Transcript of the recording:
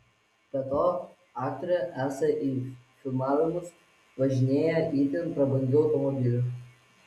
be to aktorė esą į filmavimus važinėja itin prabangiu automobiliu